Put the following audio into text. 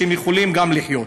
שגם הם יוכלו לחיות.